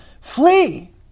flee